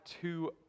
two